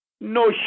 No